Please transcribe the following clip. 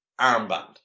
armband